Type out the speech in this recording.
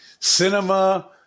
cinema